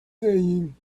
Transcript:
saying